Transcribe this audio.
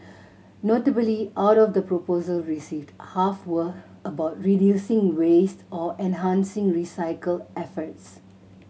notably out of the proposal received half were about reducing waste or enhancing recycle efforts